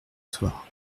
soir